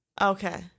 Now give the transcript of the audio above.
Okay